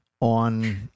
on